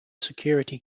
security